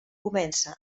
comença